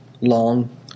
long